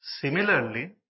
Similarly